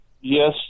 yes